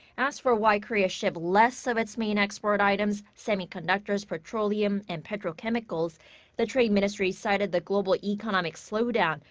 as for why korea shipped less of its main export items semiconductors, petroleum and petrochemicals the trade ministry cited the global economic slowdown.